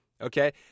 Okay